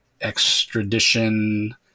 extradition